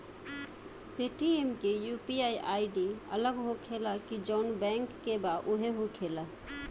Paytm के UPI ID अलग होखेला की जाऊन बैंक के बा उहे होखेला?